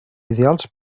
ideals